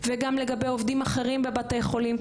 וגם לגבי עובדים אחרים בבתי חולים,